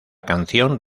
canción